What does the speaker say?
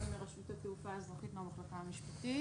אבישי פדהצור.